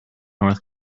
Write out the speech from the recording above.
north